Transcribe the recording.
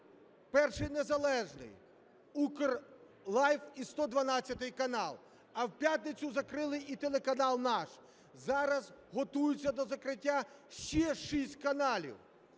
"Перший незалежний", UkrLive і "112 канал", а в п'ятницю закрили і телеканал "Наш". Зараз готується до закриття ще шість каналів.